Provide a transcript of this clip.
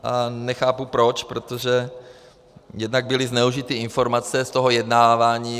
A nechápu proč, protože jednak byly zneužity informace z toho vyjednávání.